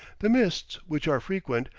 the mists, which are frequent,